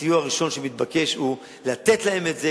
הסיוע הראשון שמתבקש הוא לתת להם את זה